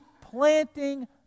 planting